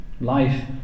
Life